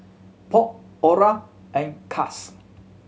Polk Orah and Cas